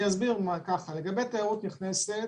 לגבי תיירות נכנסת,